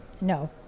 No